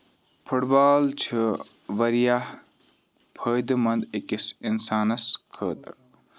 foot بال چھِ واریاہ فٲیدٕ مَند أکِس اِنسانَس خٲطرٕ